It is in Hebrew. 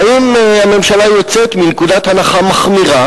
והאם הממשלה יוצאת מנקודת הנחה מחמירה